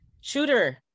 shooter